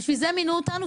בשביל זה מינו אותנו,